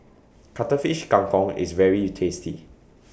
Cuttlefish Kang Kong IS very tasty